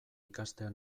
ikastea